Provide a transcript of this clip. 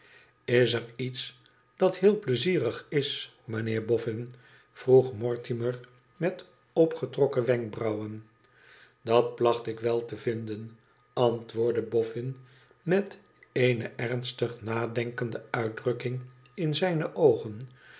is er iets dat heel pleizierig is mijnheer boffin vroeg mortimer met opgetrokken wenkbrauwen j dat placht ik wèl te vinden antwoordde bofbn met eene ernstig nadenkende uitdrukking in zijne oogen